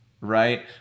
right